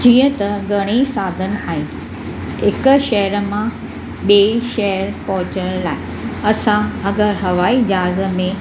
जीअं त घणई साधन आहिनि हिक शहर मां ॿिए शहर पहुचण लाइ असां अगरि हवाई जहाज में